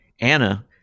Anna